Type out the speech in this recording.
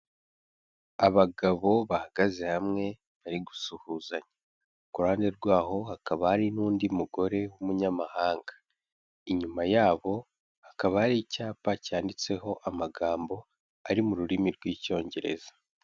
Abagabo bahagaze hamwe bari gusuhuzanya, ku ruhande rwaho hakaba hari n'undi mugore w'umunyamahanga, inyuma yabo hakaba hari icyapa cyanditseho amagambo ari mu rurimi rw'icyongereza.